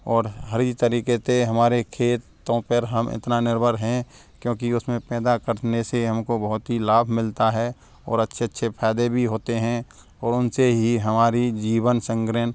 और हर एक तरीके से हमारे खेतों पर हम इतना निर्भर हैं क्योंकि उस में पैदा करने से हमको बहुत ही लाभ मिलता है और अच्छे अच्छे फायदे भी होते हैं और उनसे ही हमारी जीवन संग्रीन